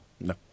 No